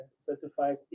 Certified